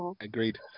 Agreed